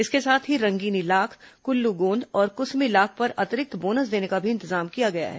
इसके साथ ही रंगीनी लाख कुल्लू गोंद और कुसमी लाख पर अतिरिक्त बोनस देने का भी इंतजाम किया गया है